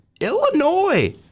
Illinois